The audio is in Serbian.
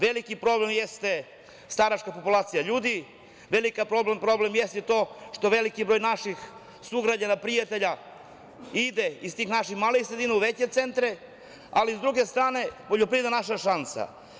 Veliki problem jeste staračka populacija ljudi, veliki problem jeste i to što veliki broj naših sugrađana, prijatelja ide iz tih naših malih sredina u veće centre, ali s druge strane poljoprivreda je naša šansa.